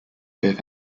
both